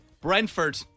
Brentford